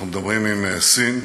אנחנו מדברים עם סין,